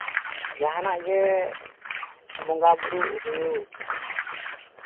ᱡᱟᱦᱟᱱᱟᱜ ᱜᱮ ᱵᱚᱸᱜᱟᱼᱵᱩᱨᱩ ᱦᱩᱭᱩᱜ